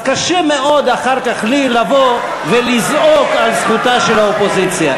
קשה לי מאוד אחר כך לבוא ולזעוק על זכותה של האופוזיציה,